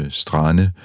strande